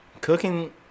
cooking